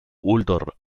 uldor